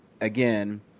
again